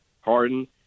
Harden